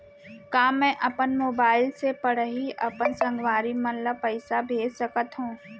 का मैं अपन मोबाइल से पड़ही अपन संगवारी मन ल पइसा भेज सकत हो?